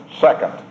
second